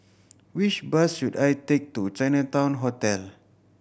which bus should I take to Chinatown Hotel